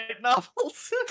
novels